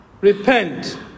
Repent